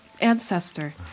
Ancestor